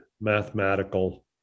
mathematical